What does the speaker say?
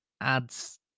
adds